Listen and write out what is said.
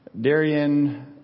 Darian